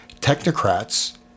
Technocrats